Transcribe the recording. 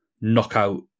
knockout